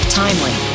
timely